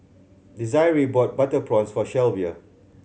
Desiree bought butter prawns for Shelvia